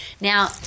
Now